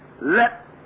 let